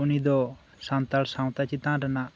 ᱩᱱᱤᱫᱚ ᱥᱟᱱᱛᱟᱲ ᱥᱟᱶᱛᱟ ᱪᱮᱛᱟᱱ ᱨᱮᱱᱟᱜ